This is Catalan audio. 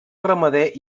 ramader